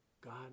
God